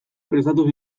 prestatu